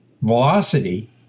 Velocity